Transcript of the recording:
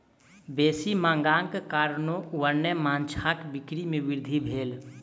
बेसी मांगक कारणेँ वन्य माँछक बिक्री में वृद्धि भेल